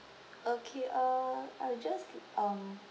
okay uh I will just um